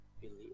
believe